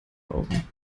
brauchen